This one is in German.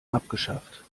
abgeschafft